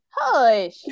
hush